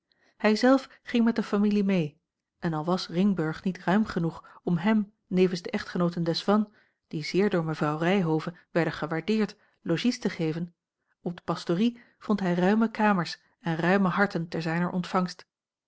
hij zelf ging met de familie mee en al was ringburg niet ruim genoeg om hem nevens de echtgenooten desvannes die zeer door mevrouw ryhove werden gewaardeerd logies te geven op de pastorie vond hij ruime kamers en ruime harten te zijner ontvangst